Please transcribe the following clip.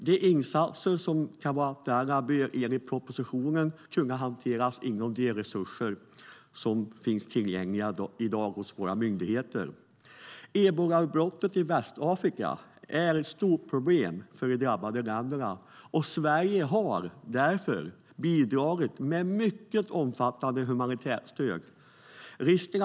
De insatser som kan vara aktuella bör enligt propositionen kunna hanteras med de resurser som finns tillgängliga i dag hos våra myndigheter. Ebolautbrottet i Västafrika är ett stort problem för de drabbade länderna. Sverige har därför bidragit med mycket omfattande humanitärt stöd.